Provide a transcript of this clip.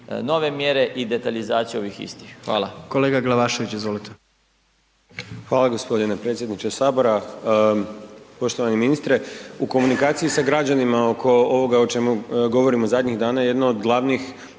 izvolite. **Glavašević, Bojan (Nezavisni)** Hvala gospodine predsjedniče sabora. Poštovani ministre, u komunikaciji sa građanima oko ovoga o čemu govorimo zadnjih dana je jedno od glavnih